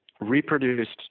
reproduced